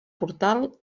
portal